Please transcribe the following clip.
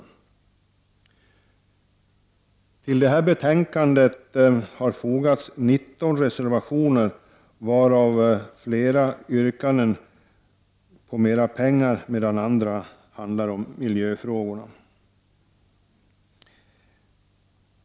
Till det här betänkandet har det fogats 19 reservationer, och i de flesta krävs det mer pengar, medan andra handlar om miljö.